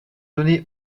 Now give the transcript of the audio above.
donnés